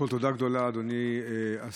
קודם כול, תודה, אדוני השר.